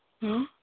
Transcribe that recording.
ہوں